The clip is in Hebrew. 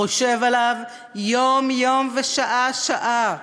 חושב עליו יום-יום ושעה-ושעה,